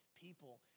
people